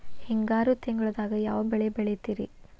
ಹಿಂಗಾರು ತಿಂಗಳದಾಗ ಯಾವ ಬೆಳೆ ಬೆಳಿತಿರಿ?